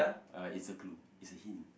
uh it's a clue it's a hint